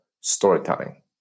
storytelling